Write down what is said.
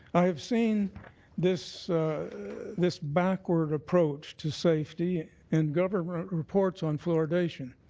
i have seen this this backward approach to safety and government reports on fluoridation.